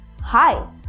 Hi